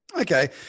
Okay